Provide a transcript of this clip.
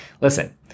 listen